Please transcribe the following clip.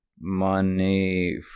money